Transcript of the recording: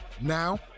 Now